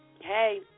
hey